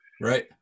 Right